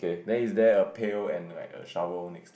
then is there a pail and like a shower mix